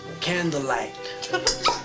candlelight